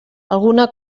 alguna